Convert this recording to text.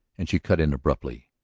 and, she cut in abruptly,